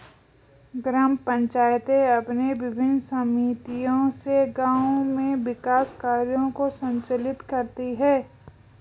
ग्राम पंचायतें अपनी विभिन्न समितियों से गाँव में विकास कार्यों को संचालित करती हैं